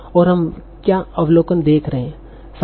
और हम क्या अवलोकन देख रहे थे